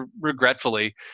regretfully